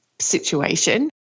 situation